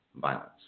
violence